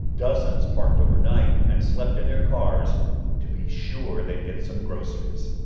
dozens parked overnight and slept in their cars to be sure they'd get some groceries